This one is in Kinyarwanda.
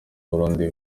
burundi